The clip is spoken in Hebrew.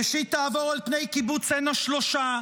ראשית תעבור על פני קיבוץ עין השלושה,